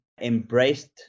embraced